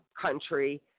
country